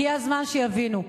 הגיע הזמן שיבינו: